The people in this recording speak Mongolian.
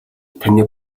таны